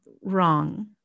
wrong